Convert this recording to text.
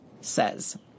says